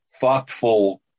thoughtful